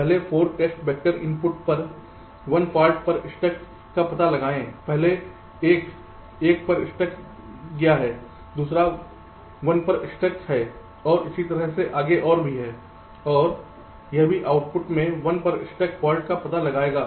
पहले 4 test vector input पर 1 fault पर स्टक का पता लगाएगा पहले एक 1 पर स्टक गया दूसरा 1 पर स्टक है और और इसी तरह से और भी और यह भी आउटपुट मे 1पर स्टक फाल्ट का पता लगाएगा